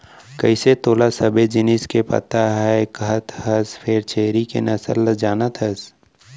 कइसे तोला सबे जिनिस के पता हे कहत हस फेर छेरी के नसल ल जानत हस?